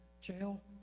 jail